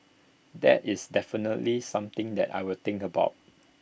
that is definitely something that I will think about